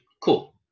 Cool